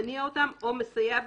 אם לא תשים סייג,